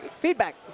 Feedback